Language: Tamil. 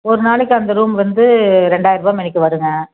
ஒரு நாளைக்கு அந்த ரூம் வந்து ரெண்டாயர ருபா மேனிக்கி வருங்க